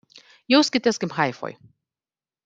jauskitės kaip haifoj